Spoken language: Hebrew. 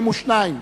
172),